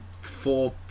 four